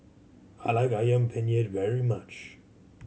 I like Ayam Penyet very much